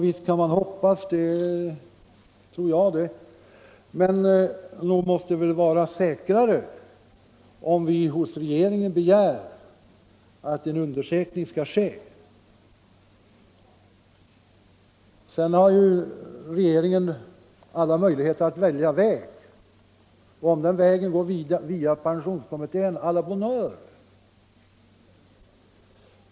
Visst kan man hoppas. Det tror jag det. Men nog måste det vara säkrare att vi hos regeringen begär att en undersökning skall ske. Regeringen har alla möjligheter att välja väg. Om den vägen går via pensionskommittén — å la bonne heure!